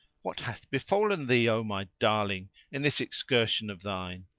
what hath befallen thee, o my darling, in this excursion of thine?